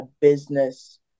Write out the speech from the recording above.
business